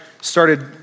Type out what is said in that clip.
started